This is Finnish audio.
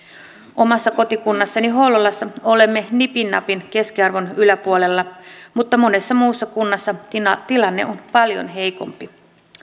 omassa kotikunnassani hollolassa olemme nipin napin keskiarvon yläpuolella mutta monessa muussa kunnassa tilanne on paljon heikompi